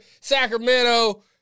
Sacramento